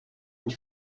une